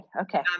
Okay